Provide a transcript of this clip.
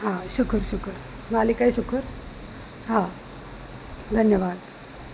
हा शुखुरु शुखुरु मालिक जो शुखुरु हा धन्यवाद